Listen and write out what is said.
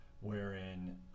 wherein